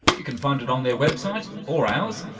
you can find it on their website, or ours,